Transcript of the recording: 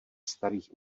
starých